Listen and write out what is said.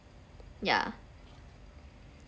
yeah